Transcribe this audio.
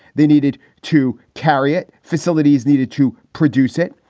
they needed to carry it. facilities needed to produce it.